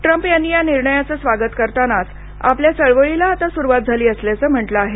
Trump यांनी या निर्णयाचं स्वागत करतानाच आपल्या चळवळीला आता सुरुवात झाली असल्याचं म्हटलं आहे